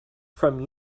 from